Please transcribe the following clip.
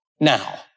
now